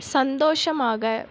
சந்தோஷமாக